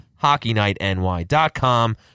HockeyNightNY.com